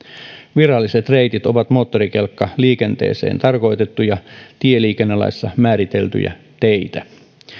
viralliset reitit ovat moottorikelkkaliikenteeseen tarkoitettuja tieliikennelaissa määriteltyjä teitä